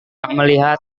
melihat